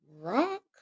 rock